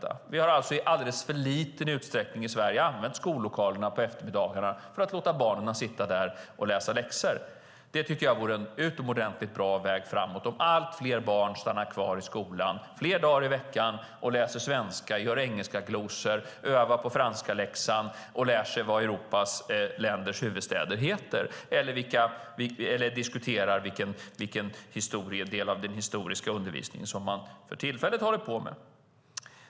I Sverige har vi i alldeles för liten utsträckning använt skollokalerna på eftermiddagarna för att låta barnen sitta där och läsa läxor. Det vore en utomordentligt bra väg framåt om allt fler barn stannar kvar i skolan flera dagar i veckan och läser svenska, gör engelska glosor, övar på franskläxan, lär sig namnen på huvudstäderna i Europa eller diskuterar den del av historieundervisningen man håller på med för tillfället.